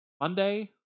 Monday